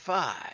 five